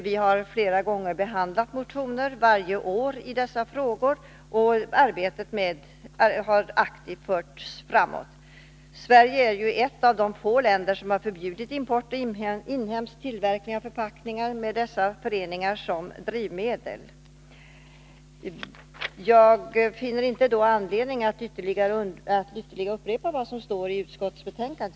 Vi har flera gånger behandlat motioner som varje år väckts i dessa frågor, och arbetet har aktivt förts framåt. Sverige är ju ett av de få länder som förbjudit import av och inhemsk tillverkning av förpackningar med dessa föreningar som drivmedel. Jag finner inte anledning att ytterligare upprepa vad som står i utskottsbetänkandet.